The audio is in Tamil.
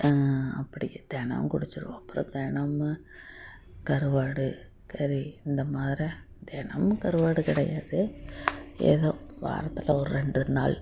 அப்படி தினோம் குடிச்சிவிடுவோம் அப்புறம் தினமு கருவாடு கறி இந்த மாரி தினமும் கருவாடு கிடையாது ஏதோ வாரத்தில் ஒரு ரெண்டு நாள்